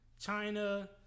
China